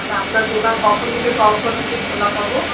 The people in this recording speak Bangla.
আপনার দোকান কখন থেকে কখন অবধি খোলা পাব